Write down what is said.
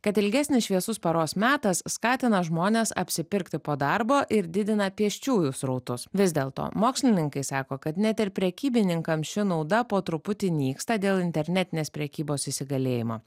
kad ilgesnis šviesus paros metas skatina žmones apsipirkti po darbo ir didina pėsčiųjų srautus vis dėlto mokslininkai sako kad net ir prekybininkam ši nauda po truputį nyksta dėl internetinės prekybos įsigalėjimo